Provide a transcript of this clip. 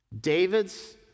David's